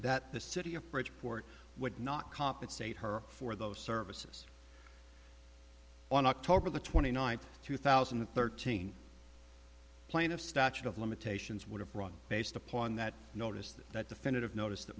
that the city of bridgeport would not compensate her for those services on october the twenty ninth two thousand and thirteen plaintiff statute of limitations would have run based upon that noticed that definitive notice that